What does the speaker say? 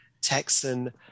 Texan